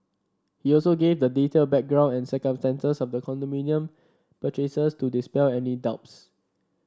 he also gave the detailed background and circumstances of the condominium purchases to dispel any doubts